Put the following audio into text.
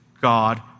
God